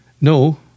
No